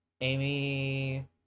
Amy